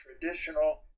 traditional